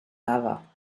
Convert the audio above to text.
lava